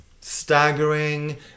Staggering